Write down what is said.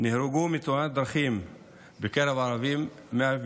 נהרגו בתאונות דרכים בקרב הערבים 107